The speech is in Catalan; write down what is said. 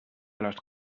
les